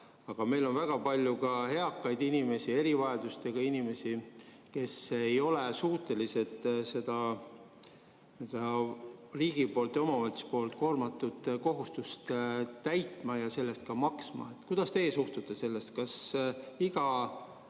Aga meil on väga palju ka eakaid inimesi ja erivajadustega inimesi, kes ei ole suutelised seda riigi ja omavalitsuste korraldatud kohustust täitma ja selle eest ka maksma. Kuidas teie suhtute sellesse? Kas iga